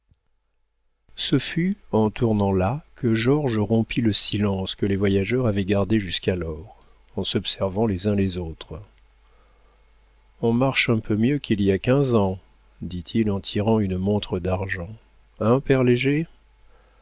ce fut en tournant là que georges rompit le silence que les voyageurs avaient gardé jusqu'alors en s'observant les uns les autres on marche un peu mieux qu'il y a quinze ans dit-il en tirant une montre d'argent